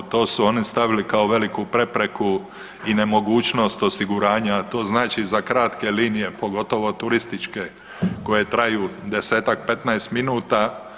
To su oni stavili kao veliku prepreku i nemogućnost osiguranja, a to znači za kratke linije pogotovo turističke koje traju desetak, petnaest minuta.